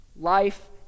Life